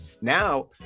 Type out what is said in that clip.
Now